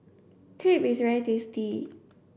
crepe is very tasty